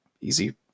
easy